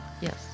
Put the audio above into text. Yes